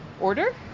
order